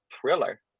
thriller